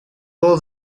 all